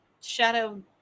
shadow